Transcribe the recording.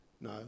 no